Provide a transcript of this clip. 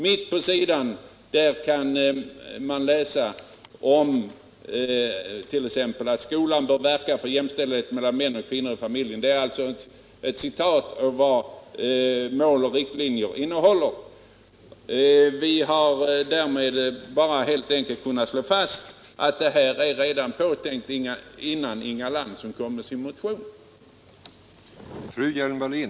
Mitt på den sidan kan man bl.a. läsa att ”skolan bör verka för jämställdhet mellan män och kvinnor”. Det är ett citat ur innehållet i läroplanernas mål och riktlinjer. Med detta har man bara att slå fast att denna fråga beaktats redan innan Inga Lantz kom med sin motion.